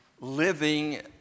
living